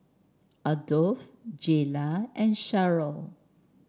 Adolf Jaylah and Sharyl